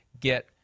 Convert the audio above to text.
get